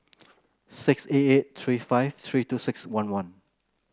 six eight eight three five three two six one one